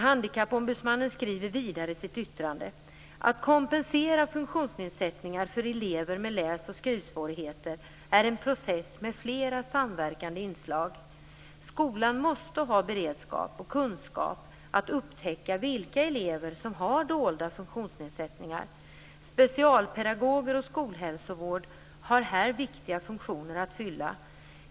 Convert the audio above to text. Handikappombudsmannen skriver vidare i sitt yttrande: "Att kompensera funktionsnedsättningar för elever med läs och skrivsvårigheter är en process med flera samverkande inslag. Skolan måste ha beredskap och kunskap att upptäcka vilka elever som har dolda funktionsnedsättningar. Specialpedagoger och skolhälsovård har här viktiga funktioner att fylla.